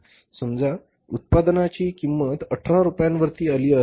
समजा उत्पादनाची किंमत 18 रुपयांवर आली आहे